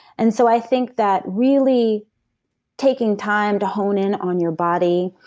and so i think that really taking time to hone in on your body,